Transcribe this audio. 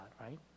right